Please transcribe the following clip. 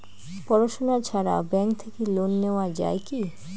পড়াশুনা ছাড়া ব্যাংক থাকি লোন নেওয়া যায় কি?